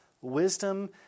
wisdom